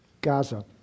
Gaza